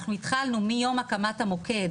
אנחנו התחלנו מיום הקמת המוקד,